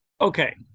Okay